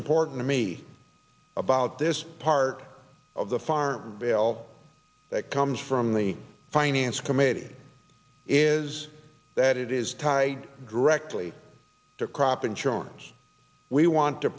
important to me about this part of the farm bill that comes from the finance committee is that it is tied directly to crop insurance we want to